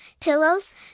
pillows